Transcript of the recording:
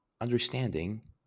understanding